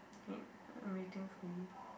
in I'm waiting for you